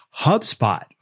HubSpot